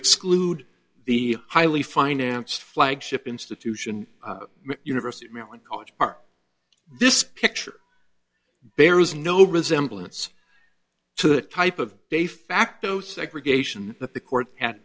exclude the highly financed flagship institution university of maryland college park this picture bears no resemblance to the type of de facto segregation that the court had